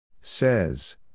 Says